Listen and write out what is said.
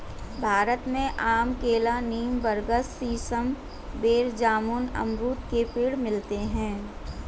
भारत में आम केला नीम बरगद सीसम बेर जामुन अमरुद के पेड़ मिलते है